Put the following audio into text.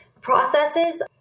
processes